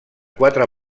quatre